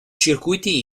circuiti